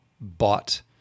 bought